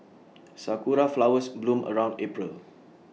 Sakura Flowers bloom around April